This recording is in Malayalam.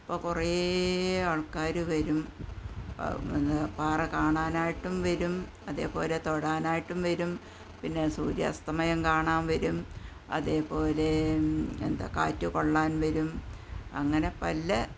ഇപ്പോൾ കുറേ ആള്ക്കാർ വരും വന്നു പാറ കാണാനായിട്ടും വരും അതേപോലെ തൊഴാനായിട്ടും വരും പിന്നെ സൂര്യാസ്തമയം കാണാന് വരും അതേപോലെ എന്താ കാറ്റു കൊള്ളാന് വരും അങ്ങനെ പല